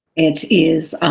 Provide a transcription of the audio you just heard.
it is,